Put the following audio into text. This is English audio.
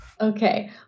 Okay